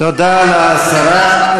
תודה לשרה.